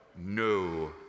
No